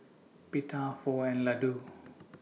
Pita Pho and Ladoo